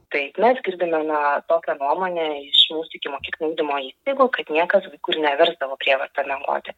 taip mes girdime na tokią nuomonę iš mūsų ikimokyklinio ugdymo įstaigų kad niekas kur neversdavo prievarta miegoti